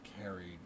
carried